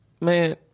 man